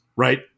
Right